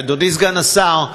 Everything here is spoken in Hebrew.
אדוני סגן השר,